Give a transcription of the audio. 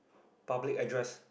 public address